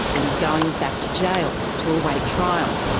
and is going back to jail to await trial.